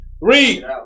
read